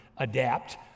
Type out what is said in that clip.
adapt